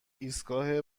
ایستگاه